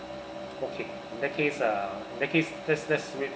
okay in that case uh in that case let's let's wait